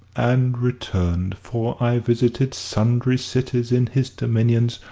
and returned. for i visited sundry cities in his dominions,